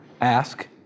ask